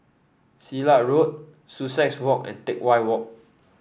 Silat Road Sussex Garden and Teck Whye Walk